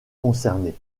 concernée